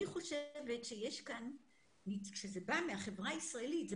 אני חושבת שכאשר זה בא מהחברה הישראלית,